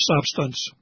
substance